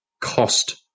cost